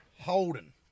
Holden